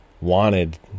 wanted